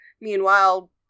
meanwhile